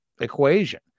equation